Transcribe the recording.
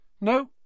No